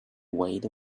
weight